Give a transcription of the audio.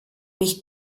nicht